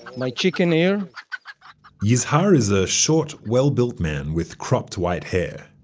my chicken here yizhar is a short, well-built man with cropped white hair.